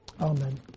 Amen